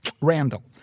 Randall